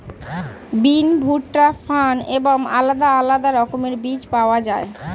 বিন, ভুট্টা, ফার্ন এবং আলাদা আলাদা রকমের বীজ পাওয়া যায়